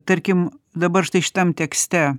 tarkim dabar štai šitam tekste